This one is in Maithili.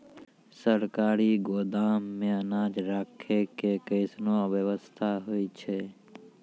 सरकारी गोदाम मे अनाज राखै के कैसनौ वयवस्था होय छै?